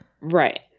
right